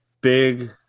big